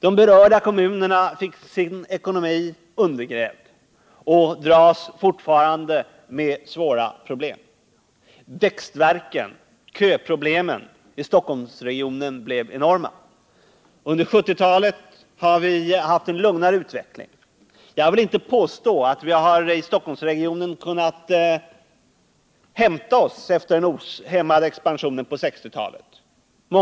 De berörda kommunerna fick sin ekonomi undergrävd och dras fortfarande med svåra problem. Växtvärken, köproblemen i Stockholmsregionen blev enorma. Under 1970-talet har vi haft en lugnare utveckling. Jag vill inte påstå att vi i Stockholmsregionen har kunnat hämta oss helt efter den ohämmade expansionen på 1960-talet.